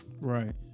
Right